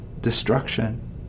Destruction